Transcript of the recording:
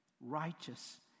righteous